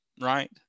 right